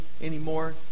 anymore